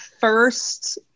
first